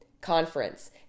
conference